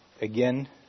again